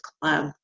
club